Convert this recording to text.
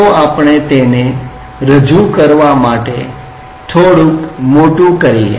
ચાલો આપણે તેને રજૂ કરવા માટે થોડુંક મોટું કરીએ